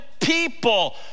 people